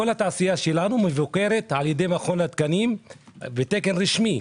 כל התעשייה שלנו מבוקרת על ידי מכון התקנים בתקן רשמי.